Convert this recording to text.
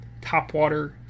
topwater